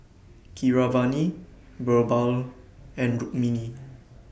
Keeravani Birbal and Rukmini